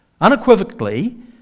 Unequivocally